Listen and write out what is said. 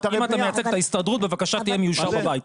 אם אתה מייצג את ההסתדרות בבקשה תהיה מאושר בבית.